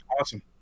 Awesome